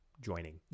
joining